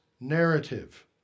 Narrative